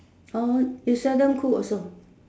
you seldom cook also